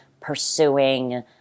pursuing